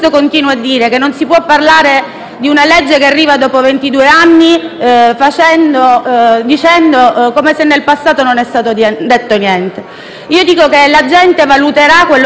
di una legge che arriva dopo ventidue anni come se nel passato non fosse stato detto niente. A mio avviso la gente valuterà quello che faremo in questa legislatura, quindi